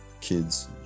kids